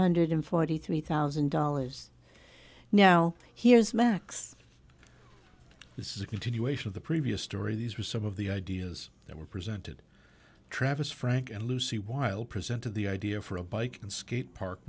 hundred forty three thousand dollars now here's max this is a continuation of the previous story these were some of the ideas that were presented travis frank and lucy while presented the idea for a bike and skate park